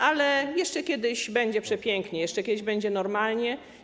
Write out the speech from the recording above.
Ale jeszcze kiedyś będzie przepięknie, jeszcze kiedyś będzie normalnie.